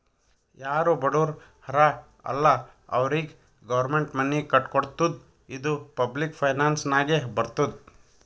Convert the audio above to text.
ಯಾರು ಬಡುರ್ ಹರಾ ಅಲ್ಲ ಅವ್ರಿಗ ಗೌರ್ಮೆಂಟ್ ಮನಿ ಕಟ್ಕೊಡ್ತುದ್ ಇದು ಪಬ್ಲಿಕ್ ಫೈನಾನ್ಸ್ ನಾಗೆ ಬರ್ತುದ್